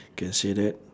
can say that